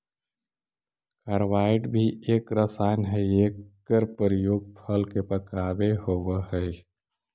carbide भी एक रसायन हई एकर प्रयोग फल के पकावे होवऽ हई